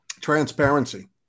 transparency